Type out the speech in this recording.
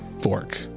Fork